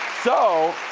so,